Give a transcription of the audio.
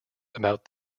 about